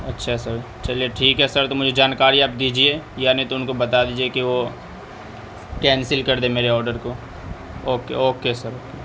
اچھا سر چلیے ٹھیک ہے سر تو مجھے جانکاری آپ دیجیے یا نہیں تو ان کو بتا دیجیے کہ وہ کینسل کر دیں میرے آڈر کو اوکے اوکے سر